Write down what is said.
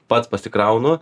pats pasikraunu